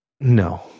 No